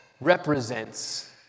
represents